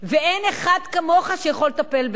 ואין אחד כמוך שיכול לטפל בזה.